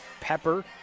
pepper